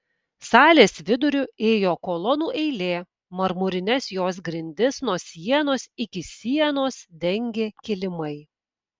salės viduriu ėjo kolonų eilė marmurines jos grindis nuo sienos iki sienos dengė kilimai